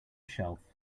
shelf